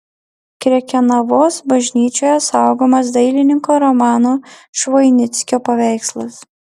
krekenavos bažnyčioje saugomas dailininko romano švoinickio paveikslas